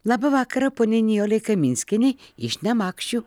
labą vakarą poniai nijolei kaminskienei iš nemakščių